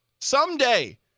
Someday